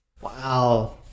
Wow